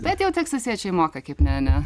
bet jau teksasiečiai moka kaip ne ne